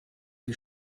die